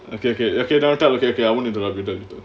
okay okay don't talk okay okay I won't interupt you talk you talk